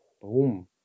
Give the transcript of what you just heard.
boom